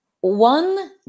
one